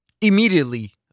Immediately